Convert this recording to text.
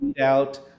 out